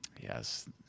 Yes